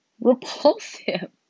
repulsive